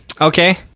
Okay